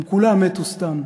הם כולם מתו סתם.